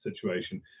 situation